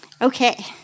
Okay